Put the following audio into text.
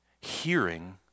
hearing